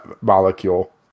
molecule